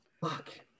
fuck